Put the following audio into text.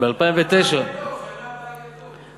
בשנה הבאה יהיה טוב.